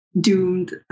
doomed